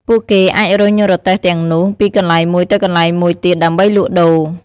ពួកគេអាចរុញរទេះទាំងនោះពីកន្លែងមួយទៅកន្លែងមួយទៀតដើម្បីលក់ដូរ។